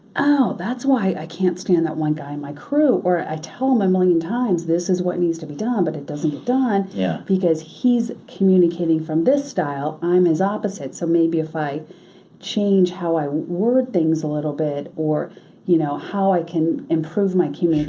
oh, that's why i can't stand that one guy in my crew. or i tell him a million times, this is what needs to be done, but it doesn't get done yeah because he's communicating from this style. i'm his opposite. so maybe if i change how i word things a little bit or you know how i can improve my communication.